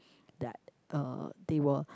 that uh they were